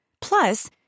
Plus